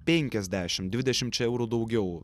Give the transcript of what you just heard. penkiasdešimt dvidešimčia eurų daugiau